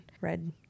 red